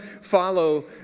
follow